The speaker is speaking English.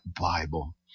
Bible